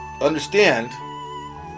understand